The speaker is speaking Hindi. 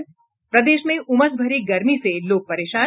और प्रदेश में उमस भरी गर्मी से लोग परेशान